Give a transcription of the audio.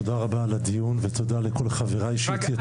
תודה רבה על הדיון ותודה לכל חבריי שהתייצבו פה.